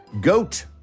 Goat